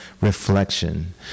reflection